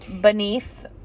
beneath